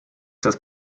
das